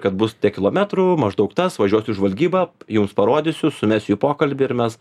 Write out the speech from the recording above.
kad bus tiek kilometrų maždaug tas važiuosiu į žvalgybą jums parodysiu sumesiu į pokalbį ir mes